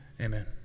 Amen